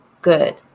good